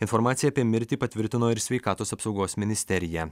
informaciją apie mirtį patvirtino ir sveikatos apsaugos ministerija